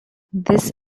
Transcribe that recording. this